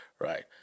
right